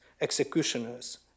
executioners